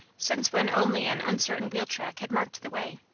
since when only an uncertain wheel track had marked the way.